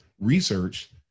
research